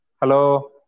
Hello